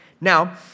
Now